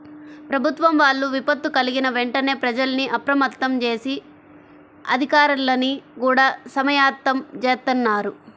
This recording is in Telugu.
ప్రభుత్వం వాళ్ళు విపత్తు కల్గిన వెంటనే ప్రజల్ని అప్రమత్తం జేసి, అధికార్లని గూడా సమాయత్తం జేత్తన్నారు